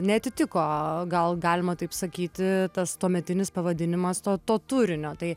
neatitiko gal galima taip sakyti tas tuometinis pavadinimas to to turinio tai